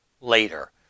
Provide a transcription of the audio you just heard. later